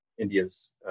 India's